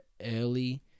early